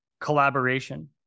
collaboration